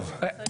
טוב.